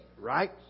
right